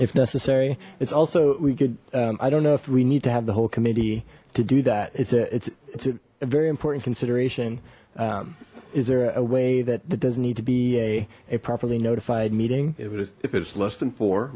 if necessary it's also we could i don't know if we need to have the whole committee to do that it's a it's it's a very important consideration is there a way that doesn't need to be a a properly notified meeting if it's less than four